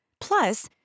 Plus